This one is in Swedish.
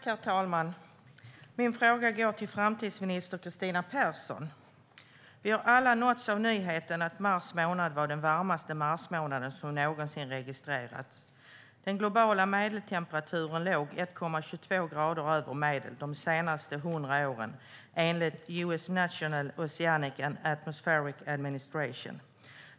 Herr talman! Min fråga går till framtidsminister Kristina Persson. Vi har alla nåtts av nyheten att mars månad var den varmaste marsmånaden som någonsin registrerats. Den globala medeltemperaturen låg 1,22 grader över medeltemperaturen under de senaste hundra åren, enligt National Oceanic and Atmospheric Administration.